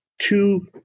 two